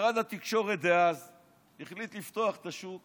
משרד התקשורת דאז החליט לפתוח את השוק